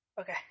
Okay